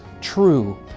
true